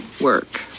work